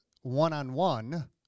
One-on-one